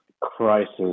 crisis